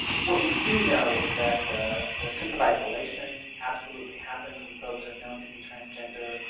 what we do know is that the sense of isolation absolutely happens when folks are known to be transgender,